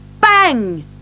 Bang